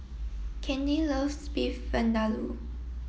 Candy Loves Beef Vindaloo